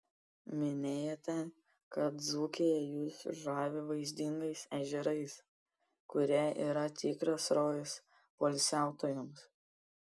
minėjote kad dzūkija jus žavi vaizdingais ežerais kurie yra tikras rojus poilsiautojams